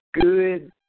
good